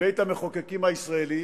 בבית-המחוקקים הישראלי,